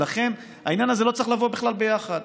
ולכן העניין הזה לא צריך לבוא בכלל ביחד.